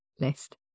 list